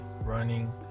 running